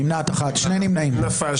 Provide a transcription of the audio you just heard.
הצבעה לא אושרה נפל.